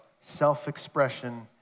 self-expression